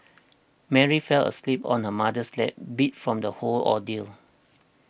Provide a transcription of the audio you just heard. Mary fell asleep on her mother's lap beat from the whole ordeal